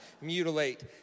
mutilate